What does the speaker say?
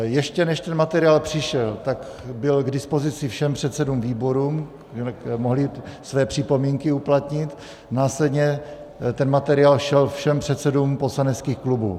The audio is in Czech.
Ještě než ten materiál přišel, tak byl k dispozici všem předsedům výborů, mohli své připomínky uplatnit, následně ten materiál šel všem předsedům poslaneckých klubů.